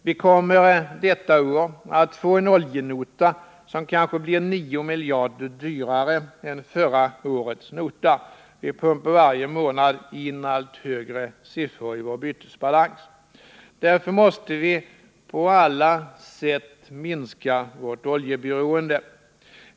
Vi kommer detta år att få en oljenota som kanske blir 9 miljarder dyrare än förra årets. Vi pumpar varje månad in allt högre siffror i vår bytesbalans. Därför måste vi på alla sätt minska vårt oljeberoende.